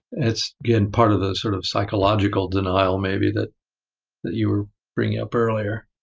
it's yeah part of the sort of psychological denial, maybe, that that you were bringing up earlier.